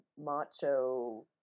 macho